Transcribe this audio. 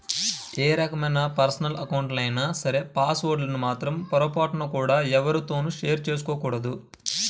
ఏ రకమైన పర్సనల్ అకౌంట్లైనా సరే పాస్ వర్డ్ లను మాత్రం పొరపాటున కూడా ఎవ్వరితోనూ షేర్ చేసుకోకూడదు